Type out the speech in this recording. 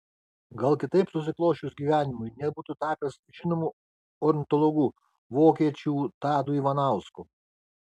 gal kitaip susiklosčius gyvenimui net būtų tapęs žinomu ornitologu vokiečių tadu ivanausku